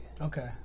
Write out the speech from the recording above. Okay